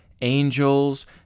angels